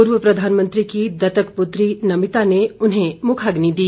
पूर्व प्रधानमंत्री की दत्तक पुत्री नमिता ने उन्हें मुखाग्नि दी